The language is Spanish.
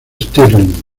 stirling